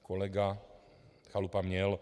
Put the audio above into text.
Kolega Chalupa měl.